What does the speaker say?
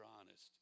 honest